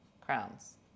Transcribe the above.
Crowns